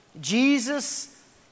Jesus